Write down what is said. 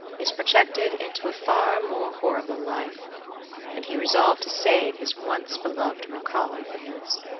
is projected into a far more horrible life and he resolved to save his once beloved mircalla from this.